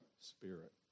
Spirit